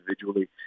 individually